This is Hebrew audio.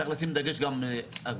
צריך לשים דגש גם על אגודות